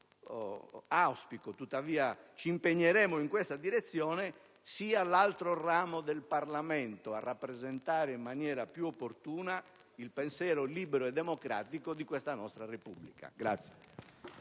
io auspico, tuttavia ci impegneremo in questa direzione), sia l'altro ramo del Parlamento a rappresentare in maniera più opportuna il pensiero libero e democratico di questa nostra Repubblica.